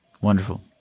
Wonderful